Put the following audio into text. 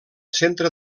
centre